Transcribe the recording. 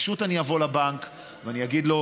פשוט אני אבוא לבנק ואני אגיד לו: